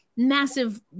Massive